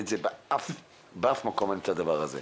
באף מקום אין את הדבר הזה,